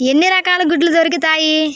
ఎన్ని రకాల గుడ్లు దొరుకుతాయి